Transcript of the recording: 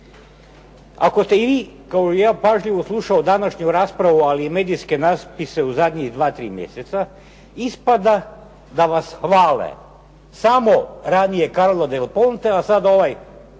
Ako ste i vi kao i ja pažljivo slušao današnju raspravu ali i medijske napise u zadnjih 2, 3 mjeseca ispada da vas hvale. Samo ranije Carla del Ponte, a sad ovaj